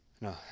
No